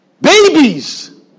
Babies